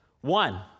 One